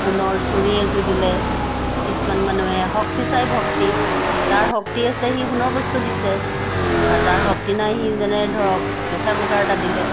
সোণৰ চুৰী এযোৰ দিলে কিছুমান মানুহে শক্তি চাই ভক্তি যাৰ শক্তি আছে সি সোণৰ বস্তু দিছে আৰু যাৰ শক্তি নাই সি যেনে ধৰক প্ৰেচাৰ কুকাৰ এটা দিলে